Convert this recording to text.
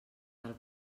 del